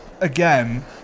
again